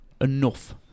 enough